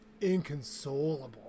inconsolable